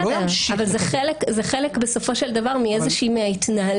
בסדר, אבל בסופו של דבר זה חלק מהתנהלות.